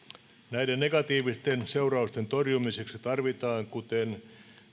näiden negatiivisten seurausten torjumiseksi tarvitaan kuten